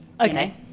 Okay